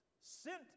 Sent